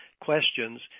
questions